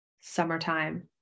summertime